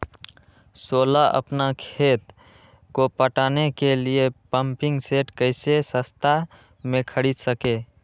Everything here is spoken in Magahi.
सोलह अपना खेत को पटाने के लिए पम्पिंग सेट कैसे सस्ता मे खरीद सके?